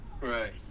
right